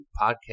podcast